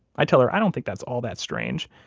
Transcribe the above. i tell her i don't think that's all that strange.